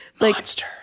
Monster